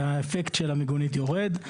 והאפקט של המיגונית יורד.